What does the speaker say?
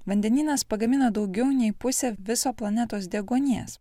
vandenynas pagamina daugiau nei pusę viso planetos deguonies